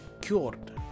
cured